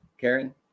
Karen